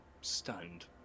stunned